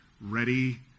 ready